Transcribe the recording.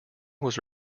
was